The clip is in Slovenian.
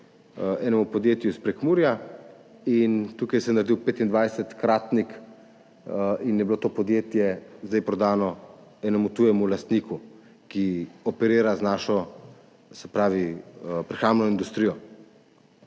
enemu podjetju iz Prekmurja. Tukaj se je naredil 25-kratnik in je bilo to podjetje zdaj prodano enemu tujemu lastniku, ki operira z našo prehrambno industrijo.